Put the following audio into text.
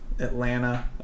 atlanta